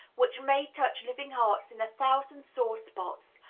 which may touch living hearts in a thousand sore spots,